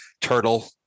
turtle